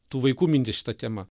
tų vaikų mintys šita tema